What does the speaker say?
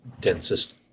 densest